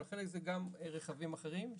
אבל חלק זה גם רכבים אחרים.